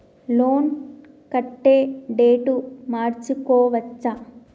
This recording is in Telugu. లోన్ కట్టే డేటు మార్చుకోవచ్చా?